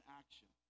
action